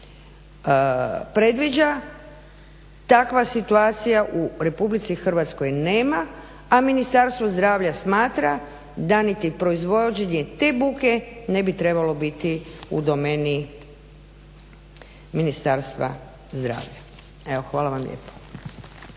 predviđa takve situacije u Republici Hrvatskoj nema, a Ministarstvo zdravlja smatra da niti proizvođenje te buke ne bi trebalo biti u domeni Ministarstva zdravlja. Hvala vam lijepo.